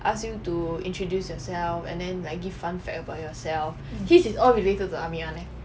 ask you to introduce yourself and then like give fun fact about yourself his is all related to army [one] eh